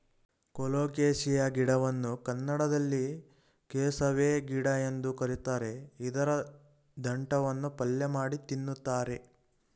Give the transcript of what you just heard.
colocasia ಗಿಡವನ್ನು ಕನ್ನಡದಲ್ಲಿ ಕೆಸವೆ ಗಿಡ ಎಂದು ಕರಿತಾರೆ ಇದರ ದಂಟನ್ನು ಪಲ್ಯಮಾಡಿ ತಿನ್ನುತ್ತಾರೆ